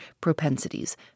propensities